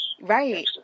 right